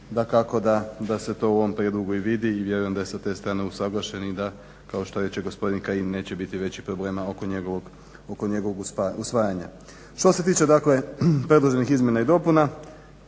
dakako da se to u ovom prijedlogu i vidi i vjerujem da je sa te strane usuglašen i da kao što reče gospodin Kajin neće biti većih problema oko njegovog usvajanja. Što se tiče dakle predloženih izmjena i dopuna,